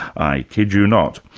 i kid you not.